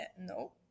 no